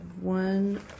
one